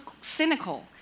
cynical